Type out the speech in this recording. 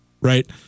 right